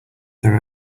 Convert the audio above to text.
there